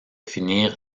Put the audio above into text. finir